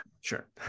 sure